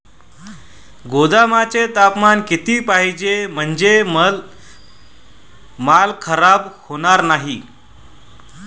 गोदामाचे तापमान किती पाहिजे? म्हणजे माल खराब होणार नाही?